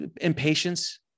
Impatience